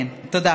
כן, תודה.